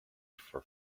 for